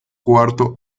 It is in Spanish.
cuarto